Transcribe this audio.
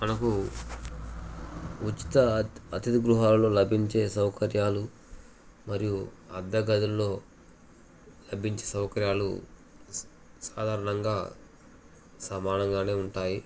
మనకు ఉచిత అతి అథిది గృహాల్లో లభించే సౌకర్యాలు మరియు అద్దె గదుల్లో లభించే సౌకర్యాలు సాధారణంగా సమానంగానే ఉంటాయి